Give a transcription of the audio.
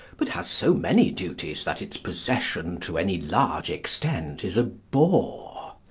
but has so many duties that its possession to any large extent is a bore.